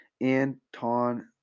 Anton